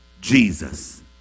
Jesus